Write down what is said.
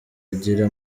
agira